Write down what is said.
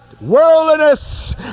worldliness